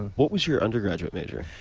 what was your undergraduate major?